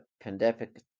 pandemic